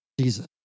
Jesus